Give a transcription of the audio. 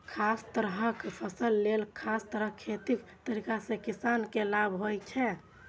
खास तरहक फसल लेल खास तरह खेतीक तरीका सं किसान के लाभ होइ छै